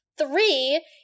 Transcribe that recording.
Three